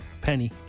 Penny